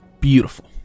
Beautiful